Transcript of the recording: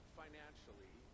financially